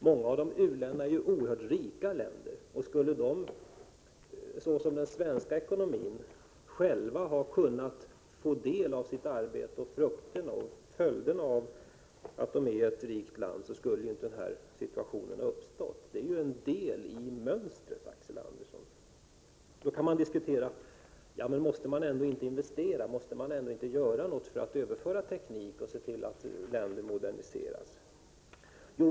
Många av u-länderna är ju oerhört rika länder, och skulle de — som fallet är då det gäller Sverige och den svenska ekonomin — själva ha kunnat skörda frukterna av sitt arbete skulle en sådan här situation inte ha uppstått. Det är ju en del i mönstret, Axel Andersson. Då kan man säga: Måste man ändå inte investera, måste man inte göra något för att överföra teknik och se till att länder moderniseras?